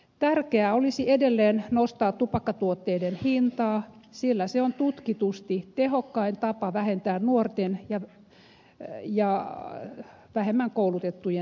tärkeää olisi edelleen nostaa tupakkatuotteiden hintaa sillä se on tutkitusti tehokkain tapa vähentää nuorten ja vähemmän koulutettujen tupakointia